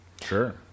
sure